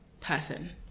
person